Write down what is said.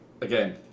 again